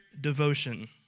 devotion